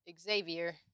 Xavier